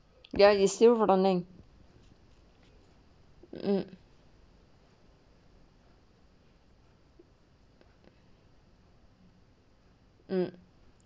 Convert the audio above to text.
ya is still running mm mm